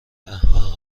احمق